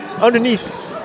Underneath